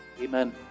Amen